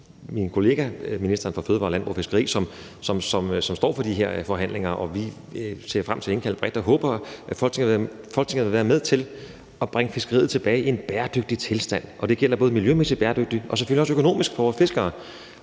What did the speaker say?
min kollega ministeren for fødevarer, landbrug og fiskeri, som står for de her forhandlinger. Vi ser frem til at indkalde bredt og håber, at Folketinget vil være med til at bringe fiskeriet tilbage i en bæredygtig tilstand, og det gælder både miljømæssigt bæredygtig og selvfølgelig også økonomisk bæredygtig for vores fiskere.